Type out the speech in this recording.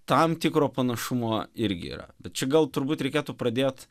tam tikro panašumo irgi yra bet čia gal turbūt reikėtų pradėt